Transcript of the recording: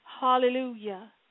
Hallelujah